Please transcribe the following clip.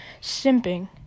simping